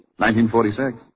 1946